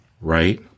right